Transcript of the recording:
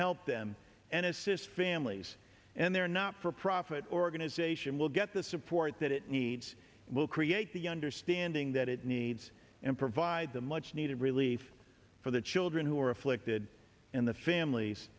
help them and assist families and their not for profit organization will get the support that it needs will create the understanding that it needs and provide the much needed relief for the children who are afflicted and the families